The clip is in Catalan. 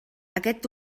aquest